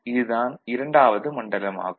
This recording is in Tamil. இது தான் இராண்டாவது மண்டலம் ஆகும்